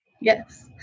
Yes